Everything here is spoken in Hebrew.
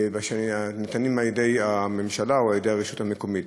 הניתנים על-ידי הממשלה או על-ידי הרשות המקומית.